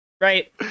right